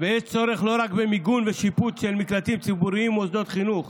ויש צורך לא רק במיגון ובשיפוץ של מקלטים ציבוריים ומוסדות חינוך.